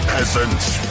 Peasants